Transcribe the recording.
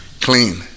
Clean